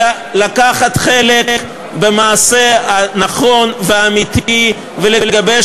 אלא לקחת חלק במעשה הנכון והאמיתי ולגבש